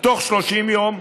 בתוך 30 יום,